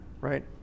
right